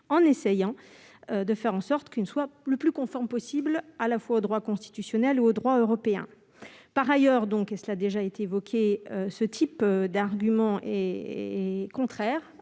en essayant de faire en sorte qu'une fois plus, plus conforme possible à la fois au droit constitutionnel ou au droit européen, par ailleurs, donc, et cela a déjà été évoqué ce type d'argument et est contraire